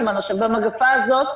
במגפה הזאת כולם,